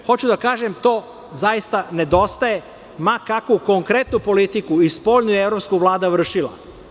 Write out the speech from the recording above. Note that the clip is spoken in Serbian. Hoću da kažem to zaista nedostaje, ma kakvu konkretnu politiku i spoljnu i evropsku Vlada vršila.